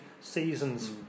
seasons